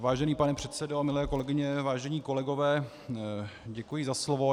Vážený pane předsedo, milé kolegyně, vážení kolegové, děkuji za slovo.